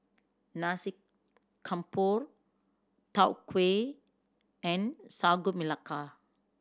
Nasi Campur Tau Huay and Sagu Melaka